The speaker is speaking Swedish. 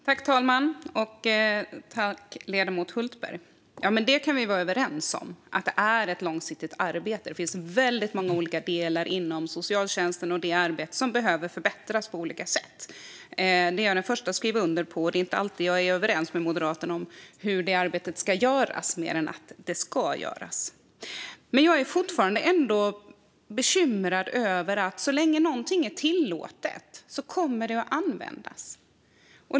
Fru talman! Vi kan vara överens om att det är ett långsiktigt arbete. Det finns väldigt många olika delar inom socialtjänsten och arbetet där som behöver förbättras på olika sätt. Det är jag den första att skriva under på. Det är inte alltid jag är överens med Moderaterna om hur detta arbete ska göras, men väl att det ska göras. Jag är fortfarande bekymrad. Så länge någonting är tillåtet kommer det att användas.